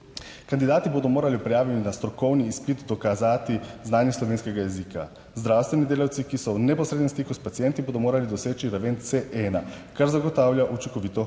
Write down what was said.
Kandidati bodo morali prijaviti na strokovni izpit dokazati znanje slovenskega jezika. Zdravstveni delavci, ki so v neposrednem stiku s pacienti, bodo morali doseči raven C1, kar zagotavlja učinkovito